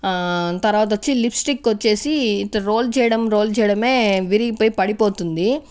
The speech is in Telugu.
ఆ తర్వాత వచ్చి లిప్స్టిక్ వచ్చేసి ఇట్లా రోల్ చేయడం రోల్ చేయడమే విరిగిపోయి పడిపోతుంది